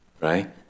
right